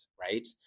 right